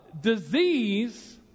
Disease